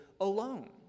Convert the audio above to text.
alone